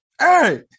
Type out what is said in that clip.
Hey